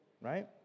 right